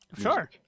Sure